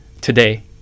today